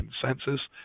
consensus